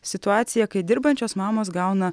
situaciją kai dirbančios mamos gauna